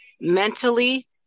mentally